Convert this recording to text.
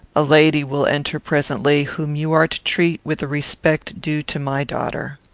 a lady will enter presently, whom you are to treat with the respect due to my daughter.